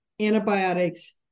antibiotics